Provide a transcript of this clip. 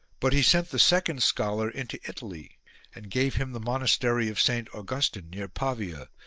but he sent the second scholar into italy and gave him the monastery of saint augustine near pavia,